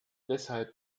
deshalb